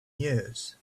years